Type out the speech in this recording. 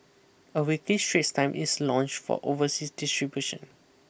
a weekly Straits Time is launch for overseas distribution